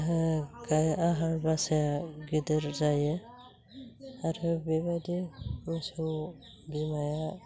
आहार बासाया गिदिर जायो आरो बेबायदि मोसौ बिमाया